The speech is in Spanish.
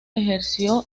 ejerció